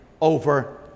over